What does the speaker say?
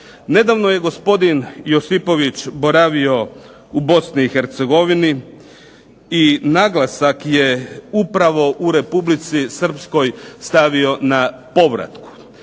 Nedavno je gospodin Josipović boravio u Bosni i Hercegovini i naglasak je upravo u Republici Srpskoj stavio na povratku.